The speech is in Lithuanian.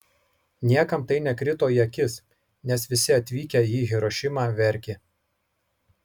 niekam tai nekrito į akis nes visi atvykę į hirošimą verkė